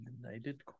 United